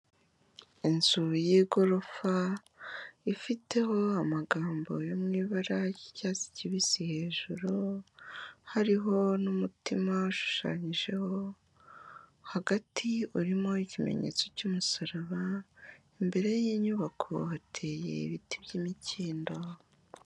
Inzu y'igorofa ifiteho amagambo yo mu ibara ry'icyatsi kibisi hejuru, hariho n'umutima ushushanyijeho, hagati urimo ikimenyetso cy'umusaraba, imbere y'inyubako hateye ibiti by'imikindo.